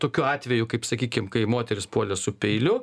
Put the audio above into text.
tokiu atveju kaip sakykim kai moteris puolė su peiliu